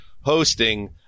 hosting